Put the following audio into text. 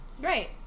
Right